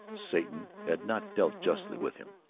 satan had not dealt justly with him.